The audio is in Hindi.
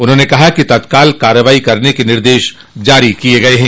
उन्होंने कहा कि तत्काल कार्रवाई के निर्देश जारी किये गये हैं